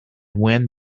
wind